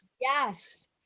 Yes